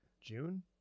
June